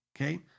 Okay